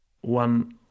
one